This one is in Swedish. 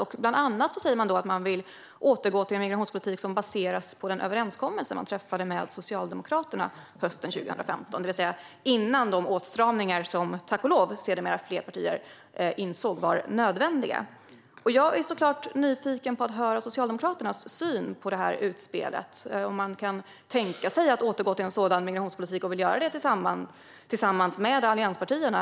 De sa bland annat att de vill återgå till en migrationspolitik som baseras på den överenskommelse som träffades med Socialdemokraterna hösten 2015, det vill säga före de åtstramningar som tack och lov fler partier sedermera har insett var nödvändiga. Jag är nyfiken på att höra Socialdemokraternas syn på detta utspel och om man kan tänka sig att återgå till en sådan migrationspolitik och om man vill göra detta tillsammans med allianspartierna.